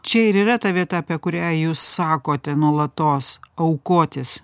čia ir yra ta vieta apie kurią jūs sakote nuolatos aukotis